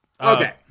Okay